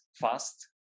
fast